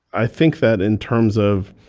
i think that in terms of